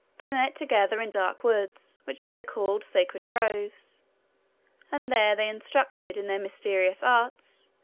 they met together in dark woods, which they called sacred groves and there they instructed, in their mysterious arts,